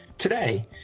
Today